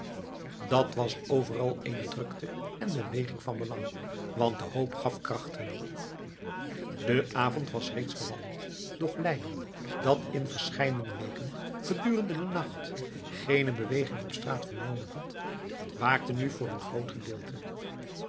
dat was overal eene drukte en beweging van belang want de hoop gaf krachten de avond was reeds gevallen doch leiden dat in verscheidene weken gedurende den nacht geene beweging op straat vernomen had waakte nu voor een groot gedeelte